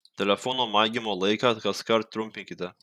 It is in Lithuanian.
telefono maigymo laiką kaskart trumpinkite